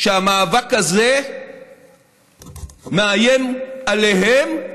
שהמאבק הזה מאיים עליהם,